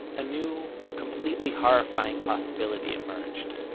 a new, completely horrifying, possibility, emerged.